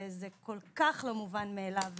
זה כל כך לא מובן מאליו,